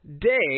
day